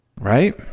Right